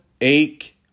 ache